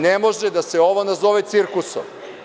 Ne može da se ovo nazove cirkusom.